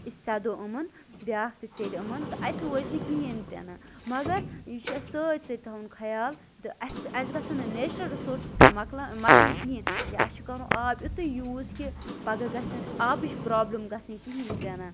أسۍ سیدَو یِمَن بیٛاکھ تہِ سیٚدِ یِمَن تہٕ اَتہِ روزِ نہٕ کِہیٖنٛۍ تہِ نہٕ مَگر یہِ چھُ اَسہِ سٲرسٕے تھاوُن خَیال تہٕ اَسہِ اَسہِ گژھن نہٕ نیچُرَل رِسورسٕز تہٕ موکلَن مۄکلٕنۍ کِہیٖنٛۍ یا اَسہِ چھُ کَرُن آب یِتُے یوٗز کہِ پَگاہ گژھِنہٕ اَسہِ آبٕچ پرٛابلِم گژھٕنۍ کِہیٖنٛۍ تہِ نہٕ